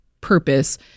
purpose